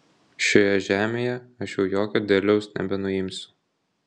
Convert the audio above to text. šioje žemėje aš jau jokio derliaus nebenuimsiu